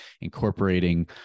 incorporating